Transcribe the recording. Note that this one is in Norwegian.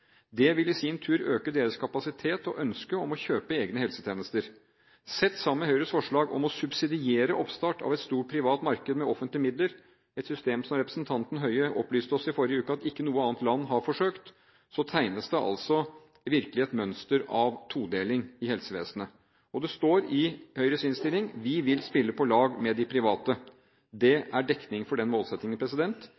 Det vil i sin tur øke deres kapasitet og ønske om å kjøpe egne helsetjenester. Sett sammen med Høyres forslag om å subsidiere oppstart av et stort privat marked med offentlige midler – et system som ikke noe annet land har forsøkt, opplyste representanten Høie oss om i forrige uke – tegnes det virkelig et mønster av todeling i helsevesenet. Det står i Høyres merknader i innstillingen at de vil spille på lag med de private. Det